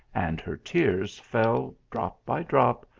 and her tears fell drop by drop,